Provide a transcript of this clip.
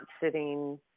sitting